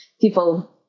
People